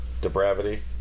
depravity